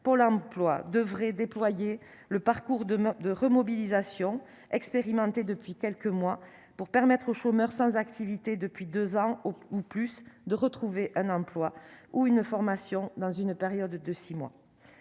l'emploi devrait déployer le parcours demain de remobilisation expérimenté depuis quelques mois, pour permettre aux chômeurs sans activité depuis 2 ans ou plus, de retrouver un emploi ou une formation dans une période de 6 mois,